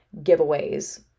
giveaways